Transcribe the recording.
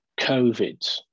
COVID